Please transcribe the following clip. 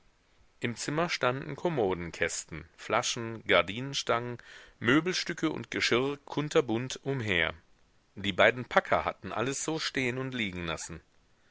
im zimmer standen kommodenkästen flaschen gardinenstangen möbelstücke und geschirr kunterbunt umher die beiden packer hatten alles so stehen und liegen lassen